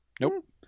nope